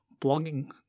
blogging